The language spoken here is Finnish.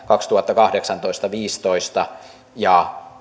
kaksituhattakahdeksantoista ja